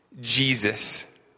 Jesus